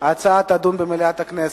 ההצעה תידון במליאת הכנסת.